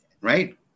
right